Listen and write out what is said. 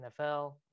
NFL